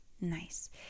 Nice